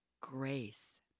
Grace